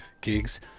gigs